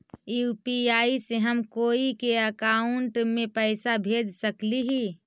UPI से हम कोई के अकाउंट में पैसा भेज सकली ही?